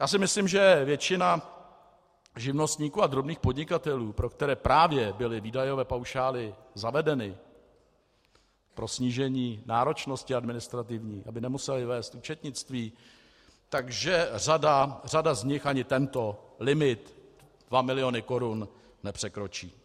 Já si myslím, že většina živnostníků a drobných podnikatelů, pro které právě byly výdajové paušály zavedeny pro snížení administrativní náročnosti, aby nemuseli vést účetnictví, že řada z nich ani tento limit dva miliony korun nepřekročí.